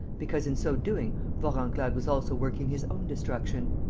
because, in so doing, vorenglade was also working his own destruction.